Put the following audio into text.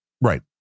right